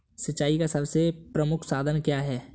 सिंचाई का सबसे प्रमुख साधन क्या है?